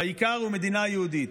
והעיקר הוא מדינה יהודית,